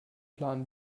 plan